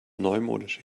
neumodische